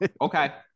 okay